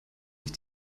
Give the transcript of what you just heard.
sich